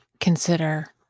consider